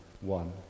One